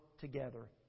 together